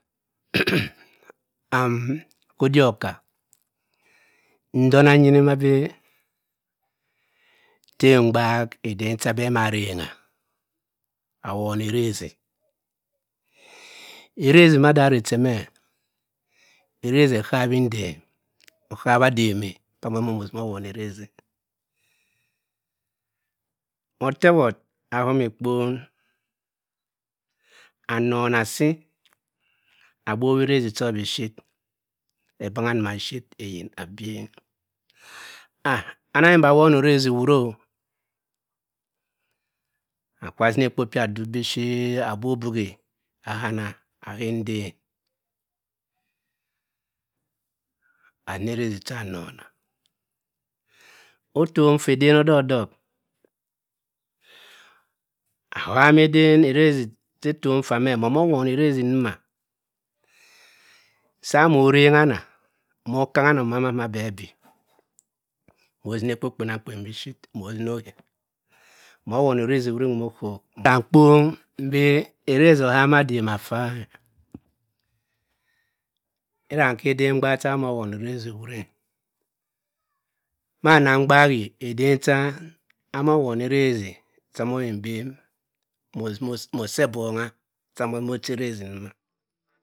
khodik oka, ndona iyini ma bii tembgak edan chibe marengha awon erezi e. erezi mada areh che meh. erezi ekhabhi enden. okhabha adem e cha mono ozima owon erezi eh. Motewort ahoma ekpen, anona asii, agbah erezi cho bishit ebangha ndo maship eyin abyenghi. Anaben bah awon orezi wuru o. akwu sini ekpo pyoh aduk biship. Aha abubibuim, aha ana, aha nten. Azina erezzi cho anona. otong fah eden edok dok, oham eden che tong nfa dok eeom owowon erezi ndoma. Samo rengha anaa. moh kang anaa ma ma beh bii mosini ekpo kpena ngmkpen mohe mowon orezi wuri nwo mosino okhok. Ham kpong bii erezi ohama adema affah e. ira nke eden mgbaha chi ba ana won erezi wurii e. ma nna gbakhi eden cha amo won erezi e mosi ebongha cha mosim ochi erezi ndoma.